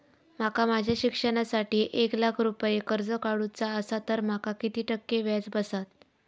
माका माझ्या शिक्षणासाठी एक लाख रुपये कर्ज काढू चा असा तर माका किती टक्के व्याज बसात?